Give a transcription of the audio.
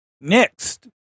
next